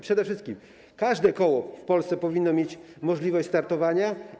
Przede wszystkim każde koło w Polsce powinno mieć możliwość startowania.